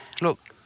Look